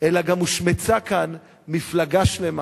אלא גם הושמצה כאן מפלגה שלמה,